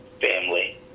Family